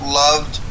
loved